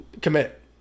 Commit